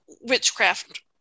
witchcraft